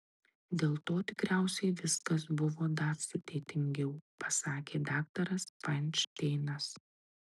dėl to tikriausiai viskas buvo dar sudėtingiau pasakė daktaras fainšteinas